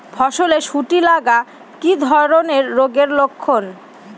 ফসলে শুটি লাগা কি ধরনের রোগের লক্ষণ?